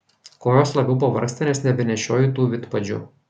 kojos labiau pavargsta nes nebenešioju tų vidpadžių